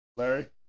Larry